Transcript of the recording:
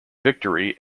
victory